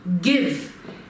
Give